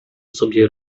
sobie